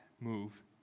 move